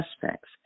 suspects